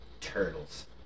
Turtles